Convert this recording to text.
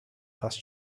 fast